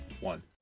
one